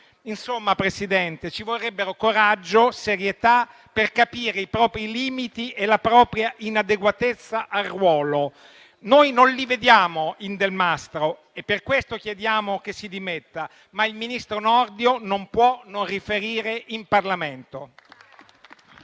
Signor Presidente, ci vorrebbero coraggio e serietà per capire i propri limiti e la propria inadeguatezza al ruolo. Noi non li vediamo in Delmastro e per questo chiediamo che si dimetta. Ma il ministro Nordio non può non riferire in Parlamento.